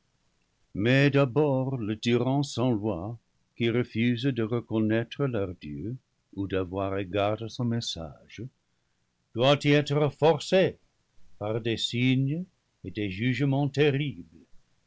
mais d'abord le tyran sans loi qui refuse de reconnaître leur dieu ou d'avoir égard à son message doit y être forcé par des signes et des jugements terribles